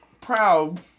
proud